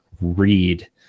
read